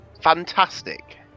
fantastic